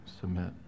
submit